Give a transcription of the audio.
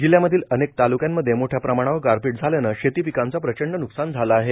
जिल्ह्यामधील अनेक तालुक्यांमध्ये मोठ्या प्रमाणावर गारपीट झाल्यानं शेती पिकाचं प्रचंड न्कसान झालं आहे